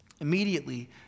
Immediately